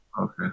Okay